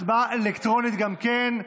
הצבעה אלקטרונית גם כן.